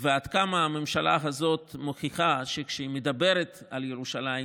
ועד כמה הממשלה הזאת מוכיחה שכשהיא מדברת על ירושלים,